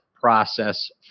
process